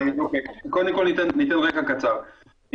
קודם כל, ניתן רקע קצר.